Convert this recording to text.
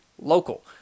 local